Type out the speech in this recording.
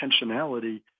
intentionality